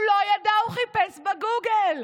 הוא לא ידע, הוא חיפש בגוגל.